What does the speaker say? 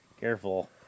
Careful